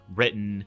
written